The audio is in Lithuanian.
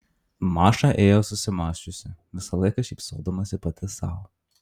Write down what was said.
maša ėjo susimąsčiusi visą laiką šypsodamasi pati sau